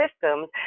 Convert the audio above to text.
systems